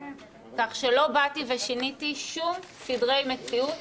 כך שלא באתי ושיניתי שום סדרי מציאות